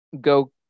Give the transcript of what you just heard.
go